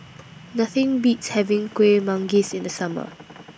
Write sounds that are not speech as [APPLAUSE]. Nothing Beats having Kueh Manggis [NOISE] in The Summer [NOISE]